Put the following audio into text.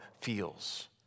feels